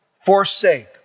forsake